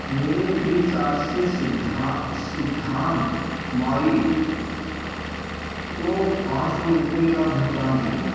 मेरे फ़्रीचार्ज से सिद्धा सिद्धांत मावी को पाँच सौ रूपये का भुगतान करें